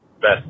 best